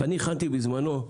בזמנו,